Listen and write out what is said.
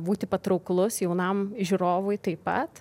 būti patrauklus jaunam žiūrovui taip pat